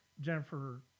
Jennifer